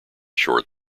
short